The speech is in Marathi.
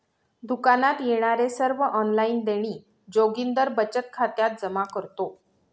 दुकानात येणारे सर्व ऑनलाइन देणी जोगिंदर बचत खात्यात जमा करतो